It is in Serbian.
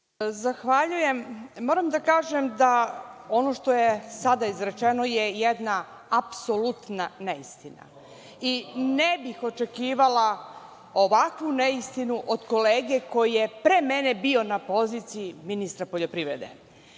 Zahvaljujem. Moram da kažem da ono što je sada izrečeno je jedna apsolutna neistina. Ne bih očekivala ovakvu neistinu od kolege koji je pre mene bio na poziciji ministra poljoprivrede.